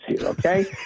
okay